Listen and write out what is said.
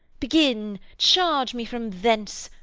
begin, charge me from thence,